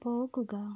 പോകുക